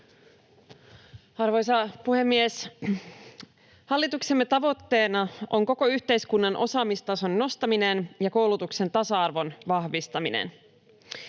Arvoisa puhemies! Hallituksemme tavoitteena on koko yhteiskunnan osaamistason nostaminen ja koulutuksen tasa-arvon vahvistaminen.